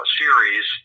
series